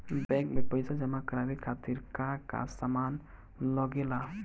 Bank में पईसा जमा करवाये खातिर का का सामान लगेला?